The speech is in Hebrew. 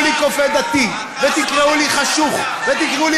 תקראו לי "כופה דתי" ותקראו לי "חשוך" ותקראו לי